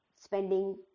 spending